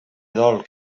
dol